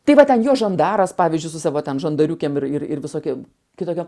tai va ten jo žandaras pavyzdžiui su savo ten žandariukėm ir ir ir visokie kitokio